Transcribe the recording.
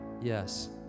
yes